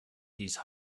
these